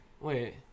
Wait